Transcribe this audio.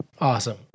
Awesome